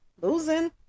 losing